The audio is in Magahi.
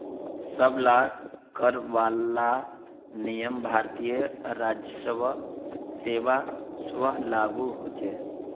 सब ला कर वाला नियम भारतीय राजस्व सेवा स्व लागू होछे